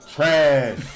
Trash